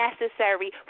necessary